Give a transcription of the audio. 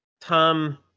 Tom